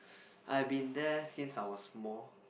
I been there since I was small